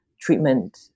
treatment